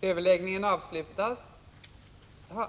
följderna av arbetslösheten